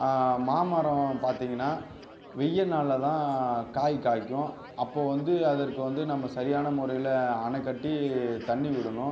மாமரம் பார்த்திங்கனா வெயிய நாளில் தான் காய் காயிக்கும் அப்போது வந்து அதற்கு வந்து நம்ம சரியான முறையில் அணைக்கட்டி தண்ணி விடணும்